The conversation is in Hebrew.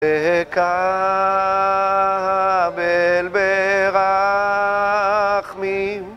תקבל ברחמים